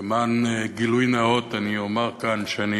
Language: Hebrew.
למען גילוי נאות אומר כאן שאני